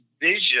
vision